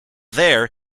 there